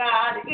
God